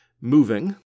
moving